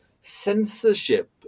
censorship